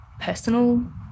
personal